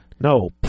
no